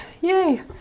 Yay